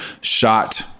shot